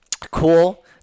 Cool